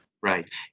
Right